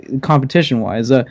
competition-wise